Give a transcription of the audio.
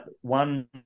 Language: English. one